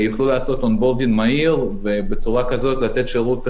ובעניין הזה אפשר גם לשמוע גם את נציג הפיקוח על הבנקים,